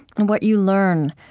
and what you learn,